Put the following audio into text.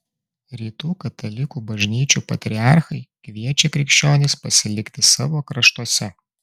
rytų katalikų bažnyčių patriarchai kviečia krikščionis pasilikti savo kraštuose